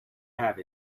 have